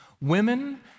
women